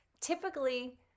typically